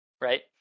right